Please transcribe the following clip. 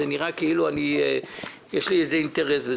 שנראה כאילו יש לי איזה אינטרס.